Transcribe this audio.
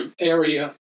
area